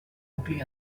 nucli